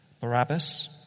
Barabbas